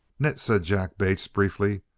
nit, said jack bates, briefly.